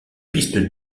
piste